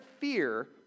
fear